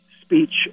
speech